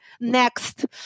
next